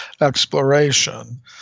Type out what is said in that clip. Exploration